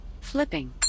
flipping